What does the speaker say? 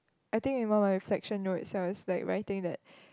I think in one of my reflection notes I was like writing that